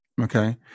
Okay